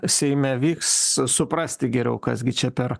seime vyks s suprasti geriau kas gi čia per